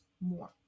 more